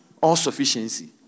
all-sufficiency